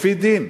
לפי דין.